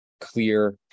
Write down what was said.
clear